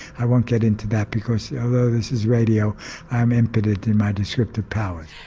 i won't get into that because although this is radio i am impotent in my descriptive powers.